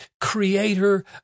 creator